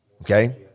Okay